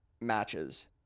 matches